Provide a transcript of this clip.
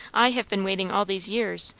i have been waiting all these years.